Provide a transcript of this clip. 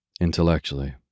Intellectually